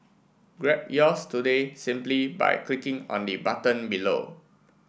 grab yours today simply by clicking on the button below